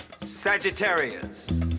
Sagittarius